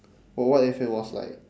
but what if it was like